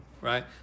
right